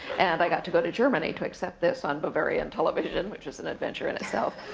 and i got to go to germany to accept this on bavarian television, which was an adventure in itself.